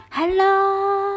Hello